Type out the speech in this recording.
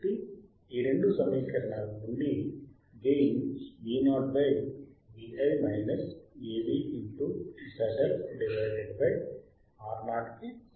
కాబట్టి ఈ రెండు సమీకరణాల నుండి gain Vo by VI minus AV into ZL divided by Ro కి సమానం